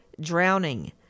drowning